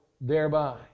thereby